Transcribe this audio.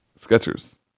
Sketchers